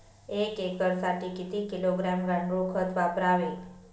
एक एकरसाठी किती किलोग्रॅम गांडूळ खत वापरावे?